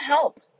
help